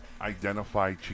identify